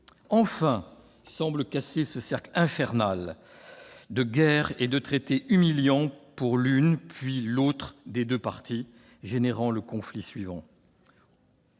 Enfin semble cassé ce cercle infernal de guerres et de traités humiliants pour l'une, puis l'autre, des deux parties, produisant le conflit suivant